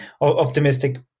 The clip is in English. optimistic